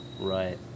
Right